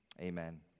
Amen